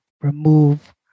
remove